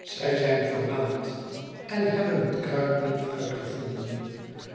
zij zijn verwaand en hebben het kruit niet uitgevonden